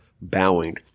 bowing